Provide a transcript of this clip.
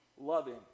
loving